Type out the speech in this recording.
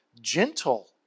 gentle